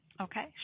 Okay